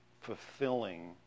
fulfilling